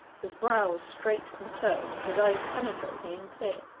his brows straight and firm, his eyes penetrating and clear.